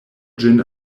ĝin